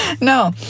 No